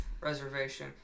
Reservation